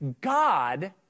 God